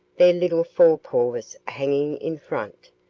their little fore-paws hanging in front,